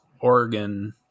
Oregon